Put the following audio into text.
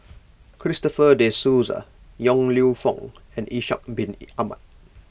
Christopher De Souza Yong Lew Foong and Ishak Bin Ahmad